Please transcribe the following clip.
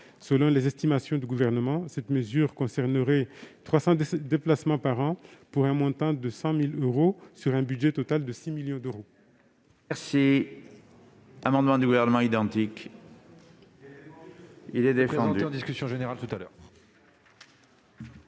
Selon les estimations du Gouvernement, cette mesure concernerait 317 déplacements par an, pour un montant de 100 000 euros, sur un budget total de 6 millions d'euros.